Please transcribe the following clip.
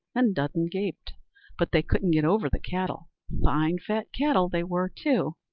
and dudden gaped but they couldn't get over the cattle fine fat cattle they were too.